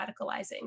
radicalizing